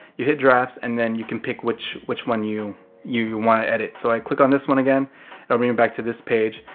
you hit drafts and then you can pick which which one you you want to edit. so i click on this one again, and i bring it back to this page.